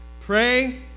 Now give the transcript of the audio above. pray